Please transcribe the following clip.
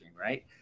right